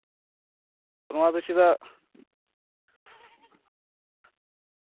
ᱱᱚᱣᱟ ᱫᱚ ᱪᱮᱫᱟ